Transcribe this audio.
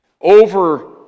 Over